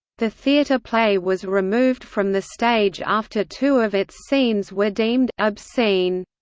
the theater play was removed from the stage after two of its scenes were deemed obscene.